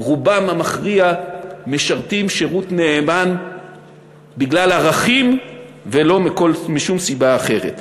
רובם המכריע משרתים שירות נאמן בגלל ערכים ולא משום סיבה אחרת.